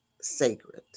sacred